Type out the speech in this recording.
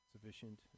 sufficient